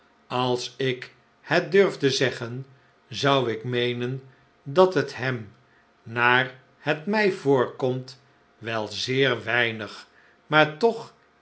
als ik het durfde zeggen zou ik meenen dat het hem naar het mij voorkomt wel zeer weinig maar toch